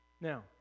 Now